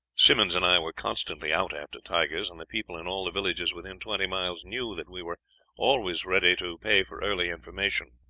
simmonds and i were constantly out after tigers, and the people in all the villages within twenty miles knew that we were always ready to pay for early information.